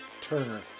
turner